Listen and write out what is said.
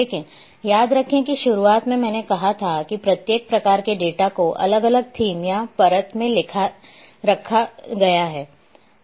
लेकिन याद रखें कि शुरुआत में मैंने कहा था कि प्रत्येक प्रकार के डेटा को अलग अलग थीम या परत में रखा गया है